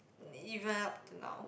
even up till now